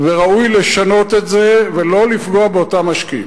וראוי לשנות את זה ולא לפגוע באותם משקיעים.